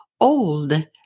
old